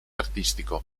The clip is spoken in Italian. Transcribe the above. artistico